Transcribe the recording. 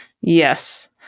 Yes